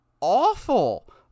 awful